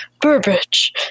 Burbage